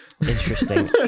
interesting